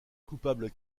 coupable